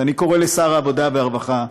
אני קורא לשר העבודה והרווחה,